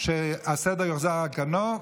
שהסדר יוחזר על כנו,